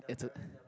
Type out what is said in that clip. it's a